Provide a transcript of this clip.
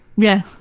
yeah.